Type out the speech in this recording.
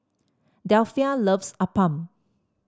Delphia loves appam